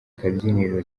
kabyiniro